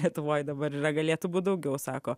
lietuvoj dabar yra galėtų būt daugiau sako